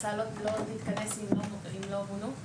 המועצה לא תתכנס אם לא מונו בכלל?